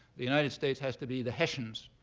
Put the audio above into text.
the united states has to be the hessians,